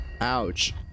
Ouch